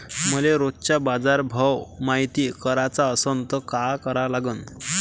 मले रोजचा बाजारभव मायती कराचा असन त काय करा लागन?